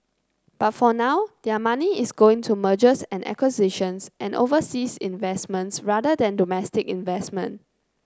but for now their money is going to mergers and acquisitions and overseas investment rather than domestic investment